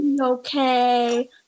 okay